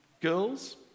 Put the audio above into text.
girls